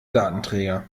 datenträger